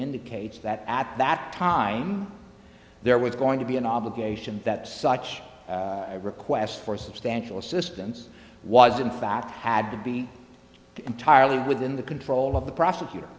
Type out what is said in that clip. indicates that at that time there was going to be an obligation that such a request for substantial assistance was in fact had to be entirely within the control of the prosecutor